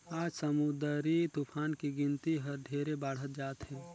आज समुददरी तुफान के गिनती हर ढेरे बाढ़त जात हे